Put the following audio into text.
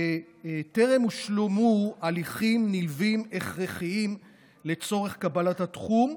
וטרם הושלמו הליכים נלווים הכרחיים לצורך קבלת התחום,